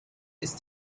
ist